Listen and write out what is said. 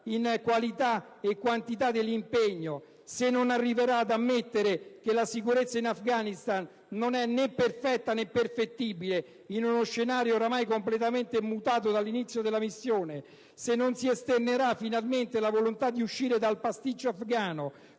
in qualità e quantità dell'impegno; se non si arriverà ad ammettere che la sicurezza in Afghanistan non è né perfetta né perfettibile in uno scenario ormai completamente mutato dall'inizio della missione; se non si esternerà finalmente la volontà di uscire dal "pasticcio" afgano